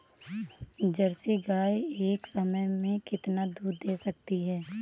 Jersey गाय एक समय में कितना दूध दे सकती है?